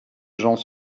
gens